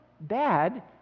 bad